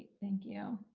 thank you.